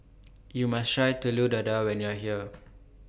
YOU must Try Telur Dadah when YOU Are here